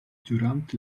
dürant